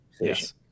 Yes